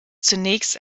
zunächst